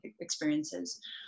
experiences